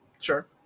Sure